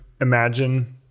imagine